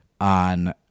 on